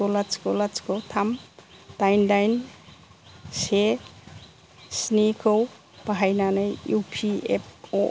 लाथिख' लाथिख' लाथिख' थाम दाइन दाइन से स्नि खौ बाहायनानै इउ पि एफ अ